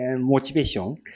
motivation